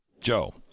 Joe